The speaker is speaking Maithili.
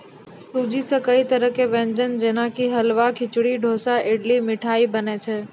सूजी सॅ कई तरह के व्यंजन जेना कि हलवा, खिचड़ी, डोसा, इडली, मिठाई बनै छै